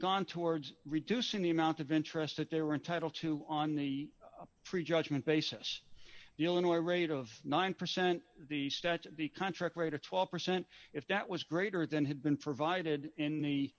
gone towards reducing the amount of interest that they were entitled to on the prejudgment basis illinois rate of nine percent the statute the contract rate of twelve percent if that was greater than had been provided in the